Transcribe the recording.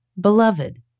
Beloved